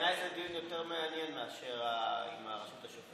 בעיניי זה דיון יותר מעניין מאשר עם הרשות השופטת.